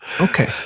Okay